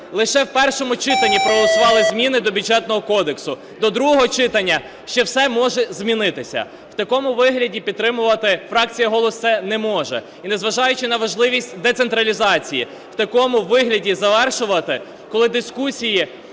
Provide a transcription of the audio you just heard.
Лише в першому читанні проголосували зміни до Бюджетного кодексу. До другого читання ще все може змінитися. В такому вигляді підтримувати фракція "Голос" це не може. І, незважаючи на важливість децентралізації, в такому вигляді завершувати, коли дискусії